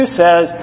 says